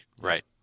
Right